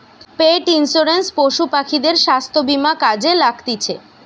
পেট insurance পশু পাখিদের স্বাস্থ্য বীমা কাজে লাগতিছে